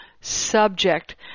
subject